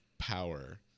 Power